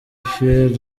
pierre